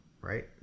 right